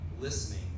Listening